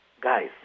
guys